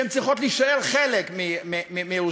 שהן צריכות להישאר חלק מירושלים.